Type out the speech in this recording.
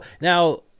now –